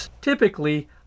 Typically